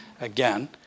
Again